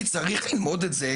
הישראלית שהיא גם גלובלית במובן